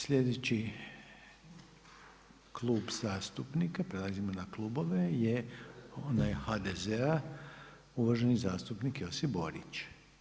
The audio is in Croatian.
Sljedeći klub zastupnika, prelazimo na klubove je onaj HDZ-a uvaženi zastupnik Josip Borić.